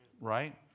Right